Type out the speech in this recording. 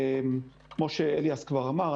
כמו שאליאס כבר אמר,